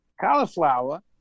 cauliflower